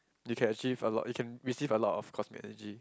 you can achieve a lot you can receive a lot of cosmic energy